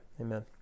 amen